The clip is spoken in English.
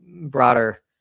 broader